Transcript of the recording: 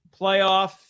playoff